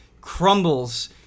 crumbles